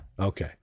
okay